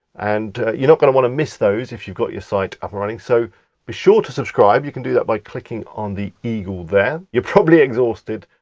and you're not gonna wanna miss those if you've got your site up and running so be sure to subscribe, you can do that by clicking on the eagle there. you're probably exhausted,